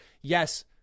Yes